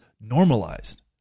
normalized